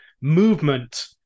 movement